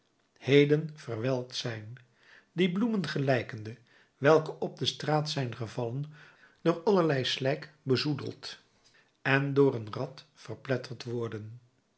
heden verwelkt zijn die bloemen gelijkende welke op de straat zijn gevallen door allerlei slijk bezoedeld en door een rad verpletterd worden